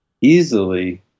easily